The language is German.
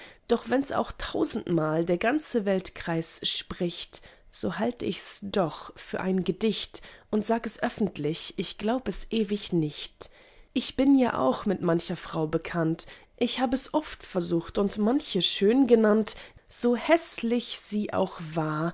doch wenns auch tausendmal der ganze weltkreis spricht so halt ichs doch für ein gedicht und sag es öffentlich ich glaub es ewig nicht ich bin ja auch mit mancher frau bekannt ich hab es oft versucht und manche schön genannt so häßlich sie auch war